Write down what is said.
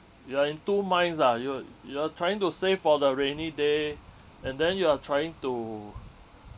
you are in two minds ah you you are trying to save for the rainy day and then you are trying to